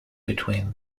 between